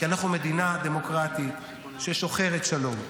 כי אנחנו מדינה דמוקרטית שוחרת שלום,